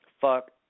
Fuck